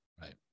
Right